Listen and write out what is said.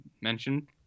mentioned